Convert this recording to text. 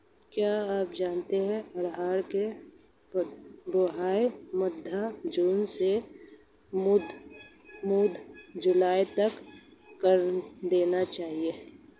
क्या आप जानते है अरहर की बोआई मध्य जून से मध्य जुलाई तक कर देनी चाहिये?